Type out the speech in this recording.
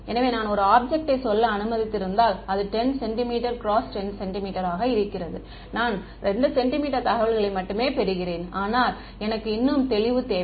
எனவே நான் ஒரு ஆப்ஜெக்ட்டை சொல்ல அனுமதித்திருந்தால் அது 10 cm x 10 cm ஆக இருக்கிறது நான் 2 cm தகவல்களை மட்டுமே பெறுகிறேன் ஆனால் எனக்கு இன்னும் தெளிவு தேவை